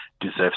deserves